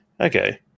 Okay